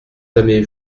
jamais